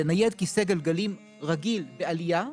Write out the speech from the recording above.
לנייד כיסא גלגלים רגיל בעלייה,